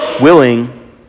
willing